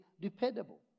dependable